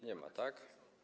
Nie ma, tak?